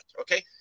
Okay